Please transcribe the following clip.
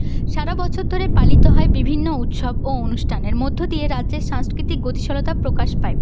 সারা বছর ধরে পালিত হয় বিভিন্ন উৎসব ও অনুষ্ঠানের মধ্য দিয়ে রাজ্যের সাংস্কৃতিক গতিশীলতা প্রকাশ পায়